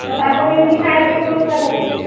ତାଙ୍କ ପାଇଁ ବି ଖାଇବା ପିଇବା ବ୍ୟବସ୍ଥା କରିବେ